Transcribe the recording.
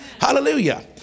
Hallelujah